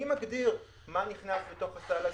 מי מגדיר מה נכנס לתוך הסל הזה?